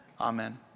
amen